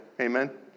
amen